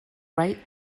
right